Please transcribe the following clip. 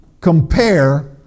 compare